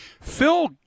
Phil